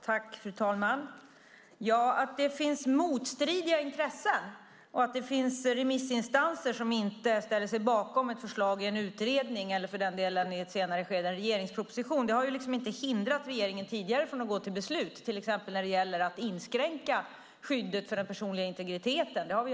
Fru talman! Att det finns motstridiga intressen och att det finns remissinstanser som inte ställer sig bakom ett förslag i en utredning, eller för den delen i ett senare skede en regeringsproposition, har tidigare inte hindrat regeringen från att gå till beslut, till exempel när det gällt att inskränka skyddet för den personliga integriteten.